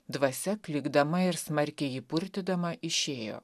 dvasia klykdama ir smarkiai jį purtydama išėjo